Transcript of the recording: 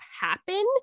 happen